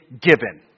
given